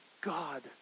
God